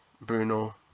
Bruno